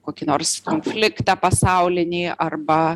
kokį nors konfliktą pasaulinį arba